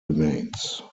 remains